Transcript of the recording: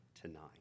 tonight